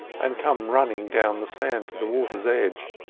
and come running down the sand to the water's edge.